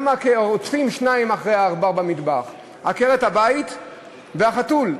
שניים רודפים אחרי העכבר במטבח: עקרת-הבית והחתול.